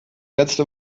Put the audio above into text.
letzte